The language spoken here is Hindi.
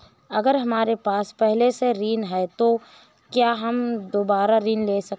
अगर हमारे पास पहले से ऋण है तो क्या हम दोबारा ऋण हैं?